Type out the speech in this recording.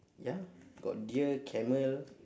ya got deer camel